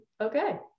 okay